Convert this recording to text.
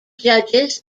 judges